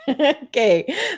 Okay